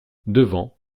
devant